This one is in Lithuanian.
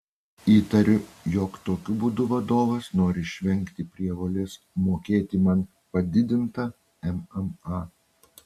įtariu jog tokiu būdu vadovas nori išvengti prievolės mokėti man padidintą mma